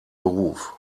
beruf